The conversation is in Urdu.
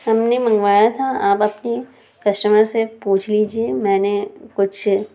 ہم نے منگوایا تھا آپ اپنے کسٹمر سے پوچھ لیجیے میں نے کچھ